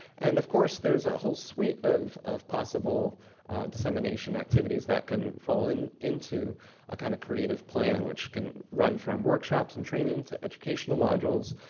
and, of course, there's a whole suite of of possible dissemination activities that can fall and into a kind of creative plan, which can run from workshops and training, to educational modules,